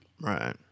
Right